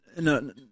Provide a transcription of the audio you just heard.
No